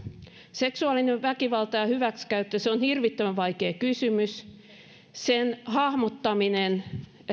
seksuaalinen väkivalta ja hyväksikäyttö on hirvittävän vaikea kysymys sen hahmottaminen